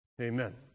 Amen